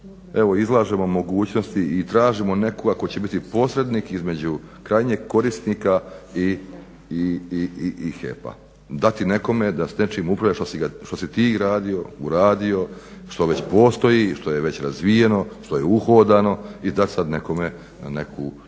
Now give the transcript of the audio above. evo izlažemo mogućnosti i tražimo nekoga tko će biti posrednik između krajnjeg korisnika i HEP-a. Dati nekome da s nečim upravlja što si ti gradio, uradio, što već postoji i što je već razvijeno, što je uhodano i da sad nekome nekakvo